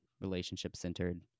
relationship-centered